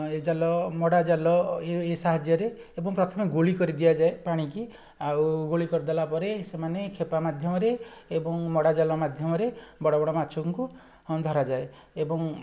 ଏ ଜାଲ ମଡ଼ାଜାଲ ଏ ଏ ସାହାଯ୍ୟରେ ଏବଂ ପ୍ରଥମେ ଗୋଳି କରିଦିଆଯାଏ ପାଣିକି ଆଉ ଗୋଳି କରିଦେଲାପରେ ଏ ସେମାନେ କ୍ଷେପା ମାଧ୍ୟମରେ ଏବଂ ମଡ଼ାଜାଲ ମାଧ୍ୟମରେ ବଡ଼ବଡ଼ ମାଛକୁ ହଁ ଧରାଯାଏ ଏବଂ